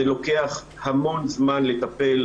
זה לוקח המון זמן לטפל,